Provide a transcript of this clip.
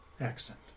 accent